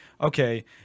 okay